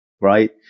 right